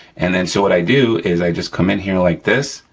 and then, so what i do is i just come in here like this,